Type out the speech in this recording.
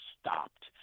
stopped